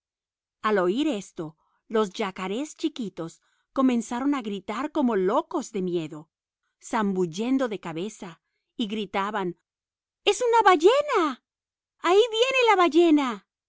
al oír esto los yacarés chiquitos comenzaron a gritar como locos de miedo zambullendo la cabeza y gritaban es una ballena ahí viene la ballena